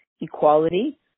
equality